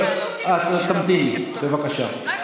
אבל אני,